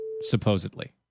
Supposedly